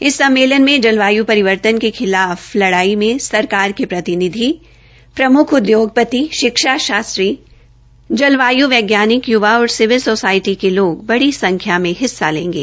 इस सम्मेलन में जलवाय् परिवर्तन के खिलाफ लड़ाई में सरकारों के प्रतिनिधि प्रम्ख उद्योगपति शिक्षा शास्त्री जलवायू वैज्ञानिक यूवा और सिविल सोसायटी के लोग बड़ी संख्या में हिस्सा लेंगे